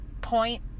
point